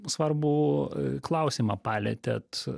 svarbų klausimą palietėt